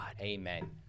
Amen